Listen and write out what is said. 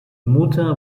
mutter